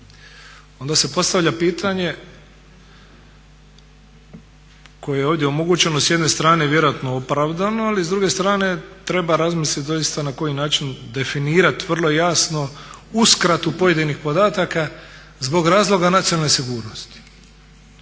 Onda se postavlja pitanje koje je ovdje omogućeno, s jedne strane vjerojatno opravdano ali s druge strane treba razmisliti doista na koji način definirati vrlo jasno uskratu pojedinih podataka zbog razloga nacionalne sigurnosti.